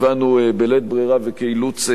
בלית ברירה וכאילוץ פרקטי,